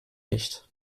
nicht